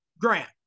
Grant